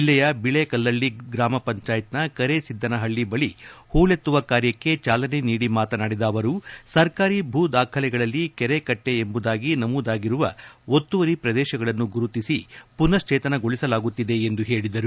ಜಿಲ್ಲೆಯ ಬಳೆಕಲ್ಲಳ್ಳಿ ಗ್ರಾಮಪಂಚಯತ್ನ ಕರೆಸಿದ್ದನಹಳ್ಳಿ ಬಳಿ ಹೂಳೆತ್ತುವ ಕಾರ್ಯಕ್ಕೆ ಚಾಲನೆ ನೀಡಿ ಮಾತನಾಡಿದ ಅವರು ಸರ್ಕಾರಿ ಭೂದಾಖಲೆಗಳಲ್ಲಿ ಕೆರೆ ಕಟ್ಟೆ ಎಂಬುದಾಗಿ ನಮೂದಾಗಿರುವ ಒತ್ತುವರಿ ಪ್ರದೇಶಗಳನ್ನು ಗುರುತಿಸಿ ಮನಃಶ್ಲೇತನಗೊಳಿಸಲಾಗುತ್ತಿದೆ ಎಂದು ಹೇಳಿದರು